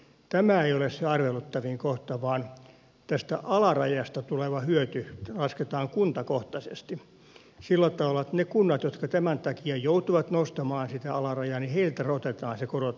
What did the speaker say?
tämä ei ole se arveluttavin kohta vaan se että tästä alarajasta tuleva hyöty lasketaan kuntakohtaisesti sillä tavalla että niiltä kunnilta jotka tämän takia joutuvat nostamaan sitä alarajaa otetaan se korotus pois